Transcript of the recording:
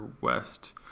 West